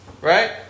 Right